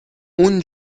اون